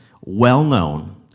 well-known